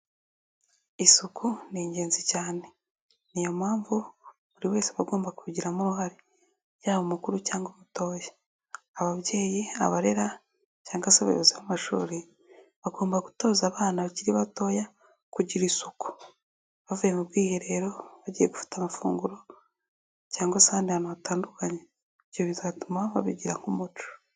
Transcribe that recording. Isuku ni ingenzi cyane. Ni yo mpamvu buri wese agomba kubigiramo uruhare, yaba mukuru cyangwa umu mutoya, ababyeyi, abarera cyangwa se abayobozi b'amashuri bagomba gutoza abana bakiri batoya kugira isuku bavuye mu bwiherero, bagiye gufata amafunguro cyangwa se ahandi ahantu hatandukanye. Ibyo bizatuma babigira nk'umuco.